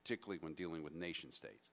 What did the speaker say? particularly when dealing with nation states